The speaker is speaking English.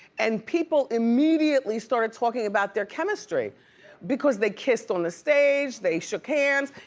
and people immediately started talking about their chemistry because they kissed on the stage, they shook hands,